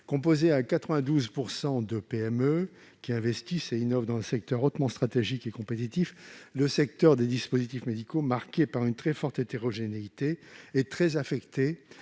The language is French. Composé à 92 % de PME qui investissent et innovent dans ce domaine hautement stratégique et compétitif, le secteur des dispositifs médicaux, marqué par une très forte hétérogénéité, est durement affecté